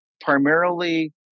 primarily